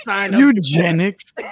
Eugenics